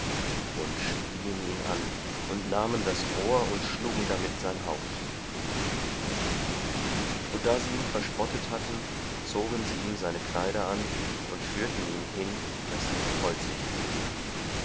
und spieen ihn an und nahmen das rohr und schlugen damit sein haupt und da sie ihn verspottet hatten zogen sie ihm seine kleider an und führten ihn hin daß sie ihn kreuzigten